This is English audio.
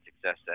success